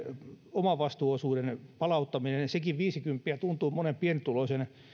omavastuuosuuden palauttaminen sekin viisikymppiä tuntuu monen pienituloisen